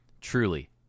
Truly